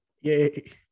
Yay